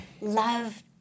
Love